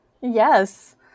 Yes